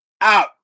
out